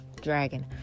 Dragon